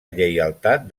lleialtat